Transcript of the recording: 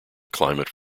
climate